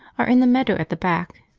are in the meadow at the back,